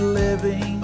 living